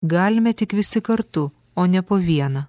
galime tik visi kartu o ne po vieną